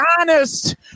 honest